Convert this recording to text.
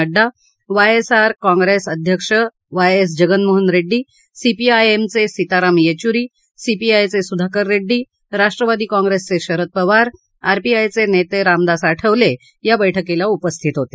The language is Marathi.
नङ्डा वायएसआर काँप्रेस अध्यक्ष Y S Jaganmohan Reddy CPI M चे सिताराम येचुरी सीपीआयचे सुधाकर रेड्डी राष्ट्रवादी काँग्रेसचे शरद पवार आरपीआय नेते रामदास आठवले या बैठकीला उपस्थित होते